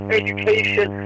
education